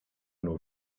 nur